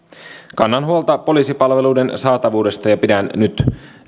kannan huolta poliisipalveluiden saatavuudesta ja pidän nyt